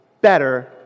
better